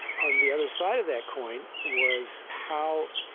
on the other side of that coin was how,